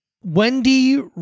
Wendy